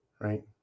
Right